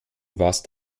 warst